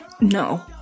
No